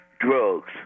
drugs